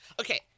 okay